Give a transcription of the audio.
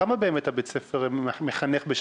כמה תלמידים בית הספר מחנך בשנה?